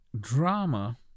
drama